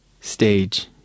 Stage